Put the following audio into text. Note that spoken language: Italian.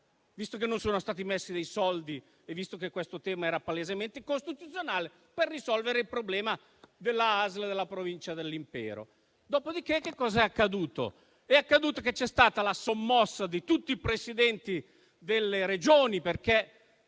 visto che non sono state previste risorse e visto che questo tema era palesemente incostituzionale, per risolvere il problema della ASL della Provincia dell'impero. Dopodiché che cosa è accaduto? C'è stata la sommossa di tutti i Presidenti delle Regioni, perché